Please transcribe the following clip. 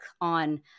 on